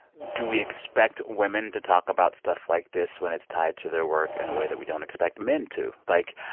do we expect women to talk about stuff like this when it's tied to their work in a way that we don't expect men to? like,